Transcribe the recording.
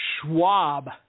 Schwab